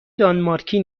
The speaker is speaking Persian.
دانمارکی